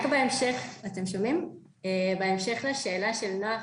בהמשך לשאלה של נעה,